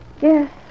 Yes